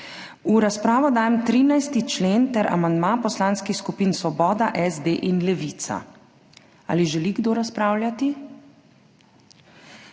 V razpravo dajem 13. člen ter amandma poslanskih skupin Svoboda, SD in Levica. Ali želi kdo razpravljati?